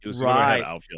Right